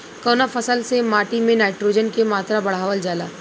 कवना फसल से माटी में नाइट्रोजन के मात्रा बढ़ावल जाला?